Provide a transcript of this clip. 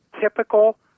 typical